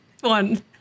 one